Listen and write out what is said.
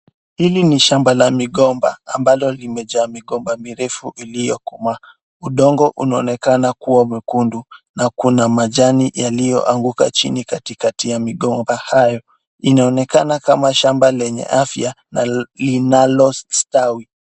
Hili ni shamba la migomba ambalo limejaa migomba mirefu iliyokomaa. Udongo unaonekana kuwa mwekundu na kuna majani yaliyoanguka chini katikati ya migomba hayo. Inaonekana kama shamba lenye afya linalostawi.